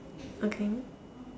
okay